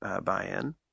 buy-in